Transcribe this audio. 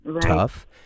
tough